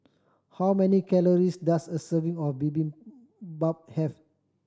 how many calories does a serving of Bibimbap have